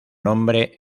nombre